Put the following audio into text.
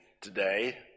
today